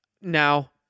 Now